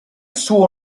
suo